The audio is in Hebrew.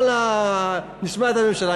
אבל נשמע את הממשלה.